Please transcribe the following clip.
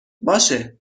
باشه